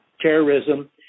terrorism